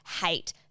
hate